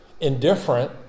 indifferent